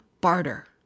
Barter